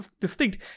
distinct